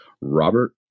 Robert